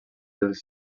dels